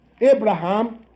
Abraham